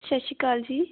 ਸਤਿ ਸ਼੍ਰੀ ਅਕਾਲ ਜੀ